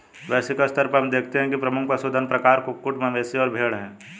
वैश्विक स्तर पर हम देखते हैं कि प्रमुख पशुधन प्रकार कुक्कुट, मवेशी और भेड़ हैं